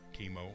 chemo